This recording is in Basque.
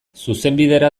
zuzenbidera